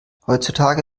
heutzutage